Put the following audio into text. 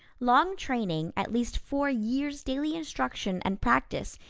long training, at least four years' daily instruction and practice,